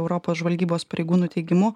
europos žvalgybos pareigūnų teigimu